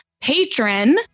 patron